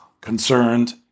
concerned